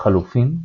לחלופין,